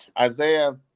Isaiah –